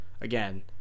again